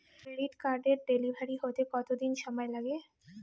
Credit কার্ডের delivery হতে কতদিন সময় লাগে?